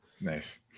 Nice